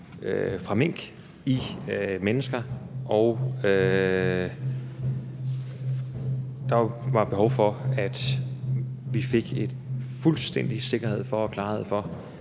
fra mink i mennesker, og der var behov for, at vi fik fuldstændig sikkerhed for og klarhed over